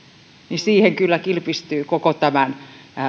niin siihen kyllä kilpistyy koko